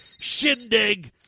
shindig